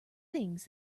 things